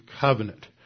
Covenant